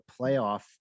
playoff